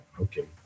Okay